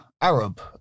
Arab